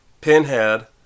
Pinhead